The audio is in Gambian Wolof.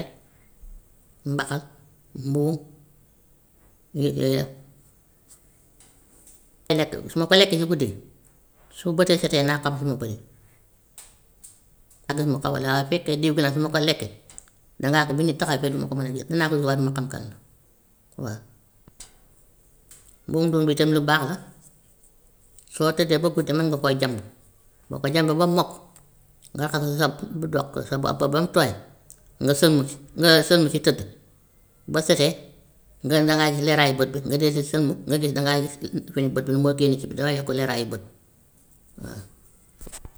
Mbaxal, mbuum yooyu yooy lekk te lekk bi su ma ko lekkee si guddi su bëccëg setee naa xam fu ma koy naa gis mu xaw a genre su fekkee diw gi nag su ma ko lekkee, dangaa ko bu nit taxawee fee du ma ko mën a gis naa ko gis waaye du ma xam kan la waa. Mbuum mbuum bi tam lu baax la, soo tëddee ba guddi mën nga koo jamb, boo ko jambee ba mu mokk nga raxas si sa doq sa bopp ba mu tooy nga sëlmu ci, nga sëlmu ci tëdd, bët setee nga na ngay gis leeraayu bët bi nga di ci sëlmu nga gis, dangay gis benn bët bi nu moo génnee si dafay yokk leeraayu bët waa.